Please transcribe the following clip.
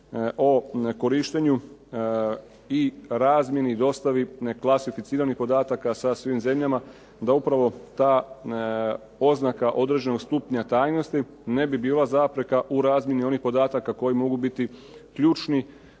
o korištenju i razmjeni, dostavi …/Govornik se ne razumije./… podataka sa svim zemljama, da upravo ta oznaka određenog stupnja tajnosti ne bi bila zapreka u razmjeni onih podataka koji mogu biti ključni